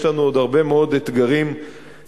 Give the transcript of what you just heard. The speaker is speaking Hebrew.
ויש לנו עוד הרבה מאוד אתגרים סביבתיים.